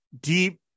deep